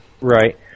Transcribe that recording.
Right